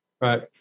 Right